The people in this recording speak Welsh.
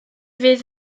fydd